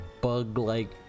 bug-like